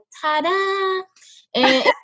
ta-da